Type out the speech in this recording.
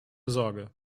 sorge